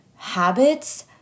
habits